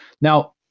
Now